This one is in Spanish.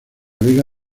vega